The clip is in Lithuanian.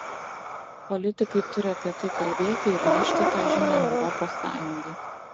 politikai turi apie tai kalbėti ir nešti tą žinią europos sąjungai